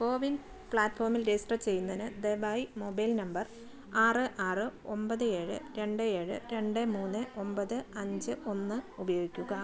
കോവിൻ പ്ലാറ്റ്ഫോമിൽ രജിസ്റ്റർ ചെയ്യുന്നതിന് ദയവായി മൊബൈൽ നമ്പർ ആറ് ആറ് ഒമ്പത് ഏഴ് രണ്ട് ഏഴ് രണ്ട് മൂന്ന് ഒമ്പത് അഞ്ച് ഒന്ന് ഉപയോഗിക്കുക